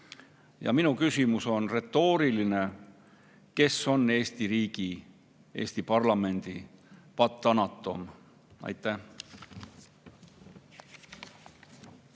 Minu küsimus on retooriline: kes on Eesti riigi, Eesti parlamendi patoanatoom? Aitäh!